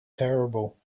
terrible